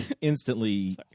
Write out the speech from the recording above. instantly